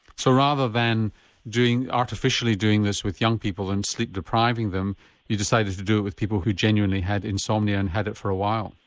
so rather than artificially doing this with young people and sleep depriving them you decided do it with people who genuinely had insomnia and had it for a while?